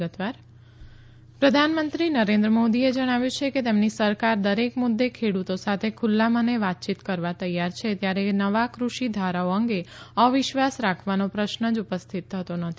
પ્રધાનમંત્રી ખેડૂત પ્રધાનમંત્રી નરેન્દ્ર મોદીએ જણાવ્યું છે કે તેમની સરકાર દરેક મુદ્દે ખેડૂતો સાથે ખૂલ્લા મને વાતચીત કરવા તૈયાર છે ત્યારે નવા કૃષિ ધારાઓ અંગે અવિશ્વાસ રાખવાનો પ્રશ્ન જ ઉપસ્થિત થતો નથી